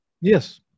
Yes